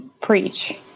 Preach